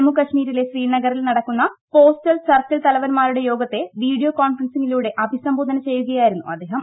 ജമ്മുകാശ്മീരിലെ ശ്രീനഗറിൽ നടക്കുന്ന പോസ്റ്റൽ സർക്കിൾ തലവന്മാരുടെ യോഗത്തെ വീഡിയോ കോൺഫറൻസിംഗിലൂടെ അഭിസംബോധന ചെയ്യുകയായിരുന്നു അദ്ദേഹം